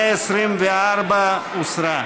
124 הוסרה,